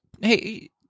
Hey